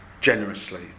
generously